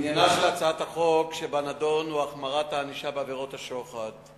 עניינה של הצעת החוק שבנדון הוא החמרת הענישה בעבירות השוחד,